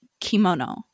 kimono